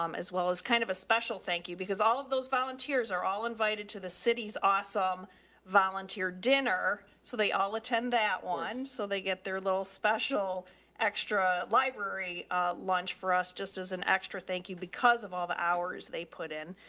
um as well as kind of a special thank you because all of those volunteers are all invited to the city's awesome volunteer dinner. so they all attend that one. so they get their little special extra library, a lunch for us just as an extra thank you because of all the hours they put in.